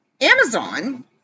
Amazon